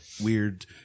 weird